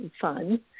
fun